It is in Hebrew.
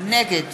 נגד